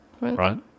right